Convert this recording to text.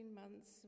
months